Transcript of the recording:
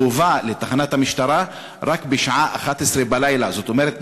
הוא הובא לתחנת המשטרה רק בשעה 23:00. זאת אומרת,